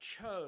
chose